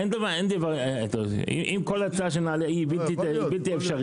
אין דבר כזה, אם כל הצעה שנעלה היא בלתי אפשרית.